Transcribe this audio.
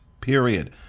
period